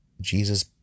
Jesus